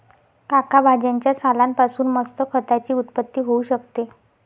काका भाज्यांच्या सालान पासून मस्त खताची उत्पत्ती होऊ शकते